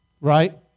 Right